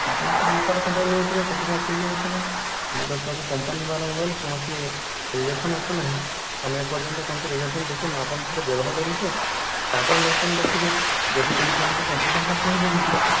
ଆପଣ ସେ ଲୋକାଲ କମ୍ପାନୀର ନେଉଥିବେ ସେଥିପାଇଁ ସିଲ ହେଉଥିବ ଆମର ତ ସବୁ କମ୍ପାନୀ ମାଲ ମୋବାଇଲ କୌଣସି ରିଯେକସନ ଆସୁନାହିଁ ତୁମେ ଏପର୍ଯ୍ୟନ୍ତ କୌଣସି ରିଯେକସନ୍ ଦେଖିନୁ ଆପଣ ଥରେ ବ୍ୟବହାର କରନ୍ତୁ ତାପରେ ନେଷ୍ଟ ଟାଇମ ଦେଖିବେ ଯଦି କୌଣସି ଅସୁବିଧା ହେଲା କହିବେ ଆମକୁ